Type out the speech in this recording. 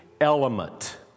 element